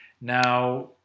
Now